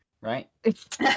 right